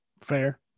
Fair